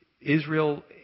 Israel